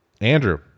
andrew